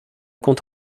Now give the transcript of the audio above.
compte